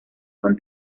con